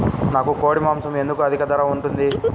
నాకు కోడి మాసం ఎందుకు అధిక ధర ఉంటుంది?